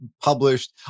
published